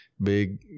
big